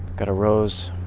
got a rose